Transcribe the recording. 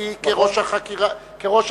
המשפטי כראש התביעה,